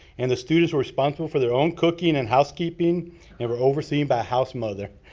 and the students were responsible for their own cooking and housekeeping and were overseen by a house mother.